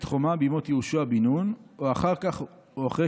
חומה בימות יהושע בן נון או אחר כן הוקפה,